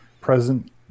present